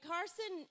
Carson